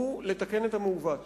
הוא לתקן את המעוות